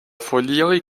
folioj